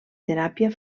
teràpia